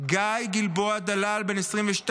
גיא גלבוע דלאל, בן 22,